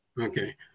Okay